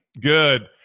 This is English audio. Good